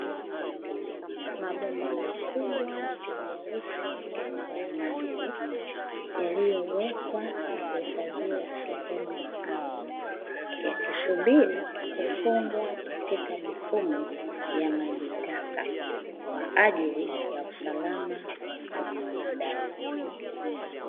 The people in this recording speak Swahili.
Mabomba makubwa meusi ya maji yaliyowekwa na kuhifadhiwa sehemu maalumu, yakisubiri kufungwa katika mifumo ya maji taka kwaajili ya usalama wa mwanadamu.